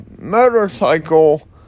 motorcycle